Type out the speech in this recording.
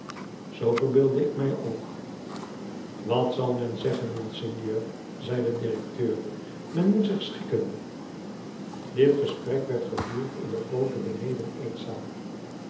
zoo verbeeldde ik mij ook wat zal men zeggen monseigneur zei de directeur men moet zich schikken dit gesprek werd gevoerd in de groote